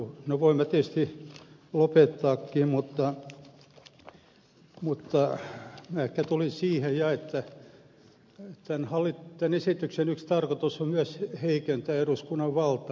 no voin minä tietysti lopettaakin mutta minä ehkä tulin siihen että tämän esityksen yksi tarkoitus on myös heikentää eduskunnan valtaa